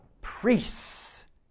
priests